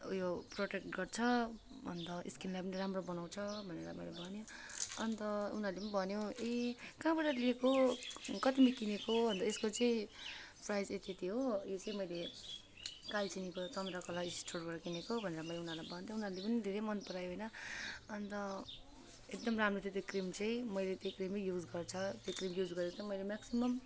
उयो प्रोटेक्ट गर्छ अन्त स्किनलाई पनि राम्रो बनाउँछ भनेर मैले भनेँ अन्त उनीहरूले पनि भन्यो ए कहाँबाट लिएको कतिमा किनेको भन्दा यसको चाहिँ प्राइस यति यति हो यो चाहिँ मैले कालचिनीको चन्द्रकला स्टोरबाट किनेको भनेर मैले उनीहरूलाई भनिदिएँ उनीहरूले पनि धेरै मनपराए होइन अन्त एकदम राम्रो थियो त्यो क्रिम चाहिँ मैले त्यो क्रिमै युज गर्छु त्यो क्रिम युज गरेको त मैले म्याक्सिमम्